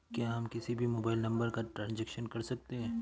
क्या हम किसी भी मोबाइल नंबर का ट्रांजेक्शन कर सकते हैं?